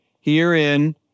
Herein